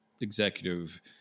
executive